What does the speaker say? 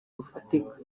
rufatika